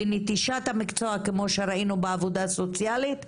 לנטישת המקצוע כפי שראינו כבר שקורה במערכת הסוציאלית,